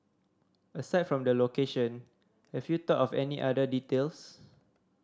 aside from the location have you thought of any other details